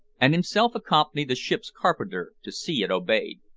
and himself accompanied the ship's carpenter to see it obeyed.